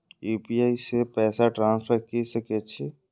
UPI से पैसा transfer की सके छी?